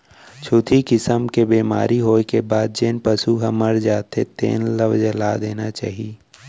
छुतही किसम के बेमारी होए के बाद जेन पसू ह मर जाथे तेन ल जला देना चाही